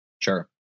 Sure